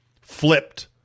flipped